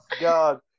god